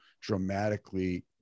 dramatically